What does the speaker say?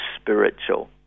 spiritual